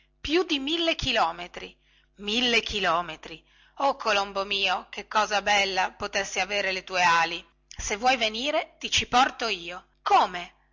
più di mille chilometri mille chilometri o colombo mio che bella cosa potessi avere le tue ali se vuoi venire ti ci porto io come